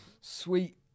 sweet